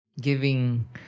giving